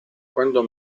quando